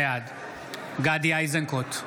בעד גדי איזנקוט,